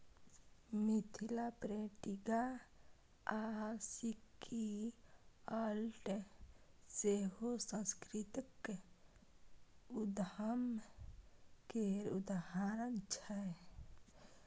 Mithila painting आ Sikki art सेहो सास्कृतिक उद्यम केर उदाहरण छै